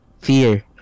fear